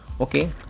Okay